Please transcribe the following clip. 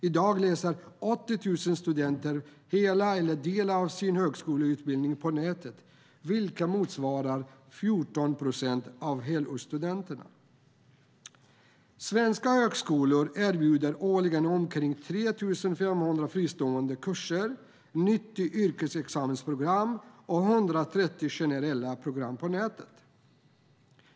I dag läser 80 000 studenter hela eller delar av sin högskoleutbildning på nätet, vilket motsvarar 14 procent av helårsstudenterna. Svenska högskolor erbjuder årligen omkring 3 500 fristående kurser, 90 yrkesexamensprogram och 130 generella program på nätet.